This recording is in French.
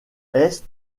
est